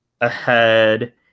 ahead